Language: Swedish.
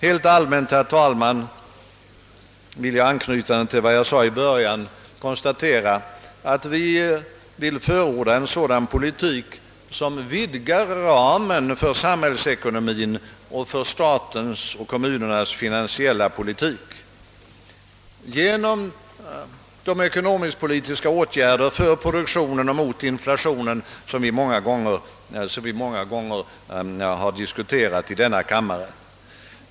Helt allmänt vill jag slutligen anknyta till vad jag sade i början, nämligen att vi för vår del förordar en politik som vidgar ramen för samhällsekonomien och för statens och kommunernas finansiella politik. Denna politik vill vi åstadkomma genom sådana ekonomiskpolitiska åtgärder för produktionen och mot inflationen som vi många gånger har diskuterat i denna kammare.